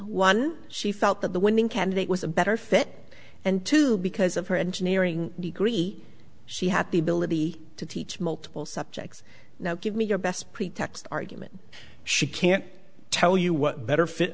one she felt that the winning candidate was a better fit and two because of her engineering degree she had the ability to teach multiple subjects now give me your best pretext argument she can't tell you what better fit